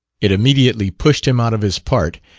it immediately pushed him out of his part,